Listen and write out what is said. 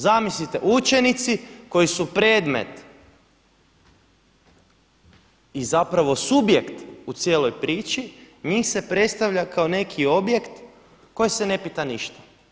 Zamislite učenici koji su predmet i zapravo subjekt u cijeloj priči njih se predstavlja kao neki objekt koji se ne pita ništa.